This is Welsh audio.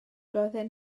doedden